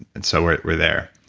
and so we're we're there,